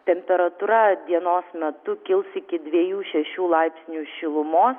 temperatūra dienos metu kils iki dviejų šešių laipsnių šilumos